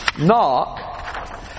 Knock